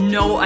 no